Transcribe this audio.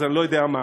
אז אני לא יודע מה.